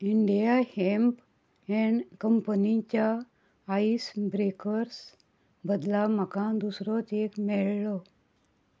India हँप and कंपनीच्या ice breakers बदला म्हाका दुसरोच एक मेळ्ळो